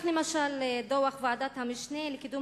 קחו למשל את דוח ועדת המשנה לקידום